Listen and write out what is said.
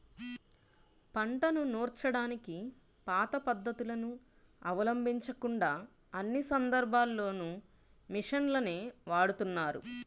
పంటను నూర్చడానికి పాత పద్ధతులను అవలంబించకుండా అన్ని సందర్భాల్లోనూ మిషన్లనే వాడుతున్నారు